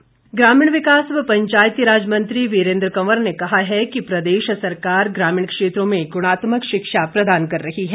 वीरेन्द्र कंवर ग्रामीण विकास व पंचायतीराज मंत्री वीरेन्द्र कंवर ने कहा है कि सरकार ग्रामीण क्षेत्रों में गुणात्मक शिक्षा प्रदान कर रही है